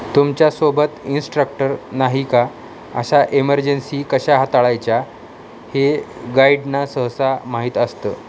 तुमच्यासोबत इनिस्ट्रक्टर नाही का अशा एमर्जन्सी कशा हाताळायच्या हे गाईडना सहसा माहीत असतं